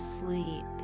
sleep